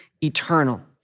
eternal